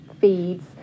feeds